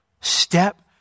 Step